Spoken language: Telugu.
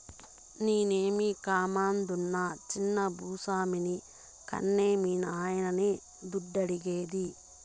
నేనేమీ కామందునా చిన్న భూ స్వామిని కన్కే మీ నాయన్ని దుడ్డు అడిగేది